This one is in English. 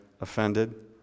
offended